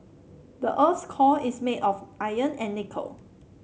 the earth's core is made of iron and nickel